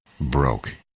broke